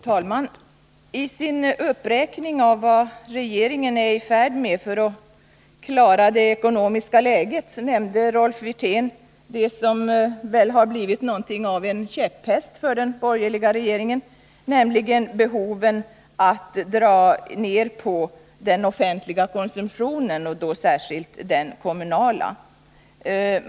Fru talman! I sin uppräkning av vad regeringen är i färd med för att klara det ekonomiska läget nämnde Rolf Wirtén det som väl har blivit någonting av en käpphäst för den borgerliga regeringen, nämligen behoven att dra ned på den offentliga konsumtionen och då särskilt på den kommunala.